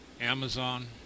Amazon